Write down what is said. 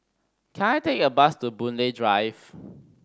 can I take a bus to Boon Lay Drive